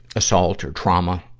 assault or trauma, ah,